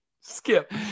Skip